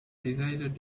decided